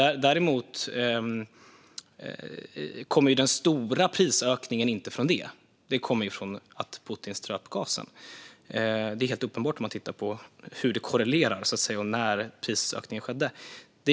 Däremot kommer den stora prisökningen inte från det, utan den kom av att Putin ströp gasen. Det är helt uppenbart när man ser på hur det korrelerar och när prisökningen skedde.